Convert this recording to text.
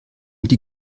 die